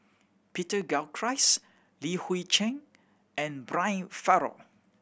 Peter Gilchrist Li Hui Cheng and Brian Farrell